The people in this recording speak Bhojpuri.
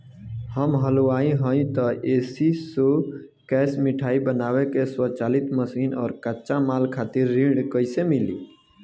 हम हलुवाई हईं त ए.सी शो कैशमिठाई बनावे के स्वचालित मशीन और कच्चा माल खातिर ऋण कइसे मिली?